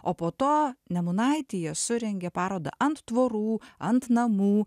o po to nemunaityje surengė parodą ant tvorų ant namų